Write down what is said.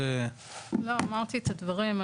אמרתי את הדברים,